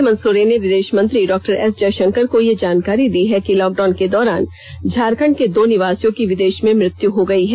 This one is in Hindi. हेमन्त सोरेन ने विदेश मंत्री डॉक्टर एस जयशंकर को यह जानकारी दी है कि मख्यमंत्री लॉकडाउन के दौरान झारखंड के दो निवासियों की विदेष में मृत्यु हो गयी है